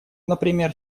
например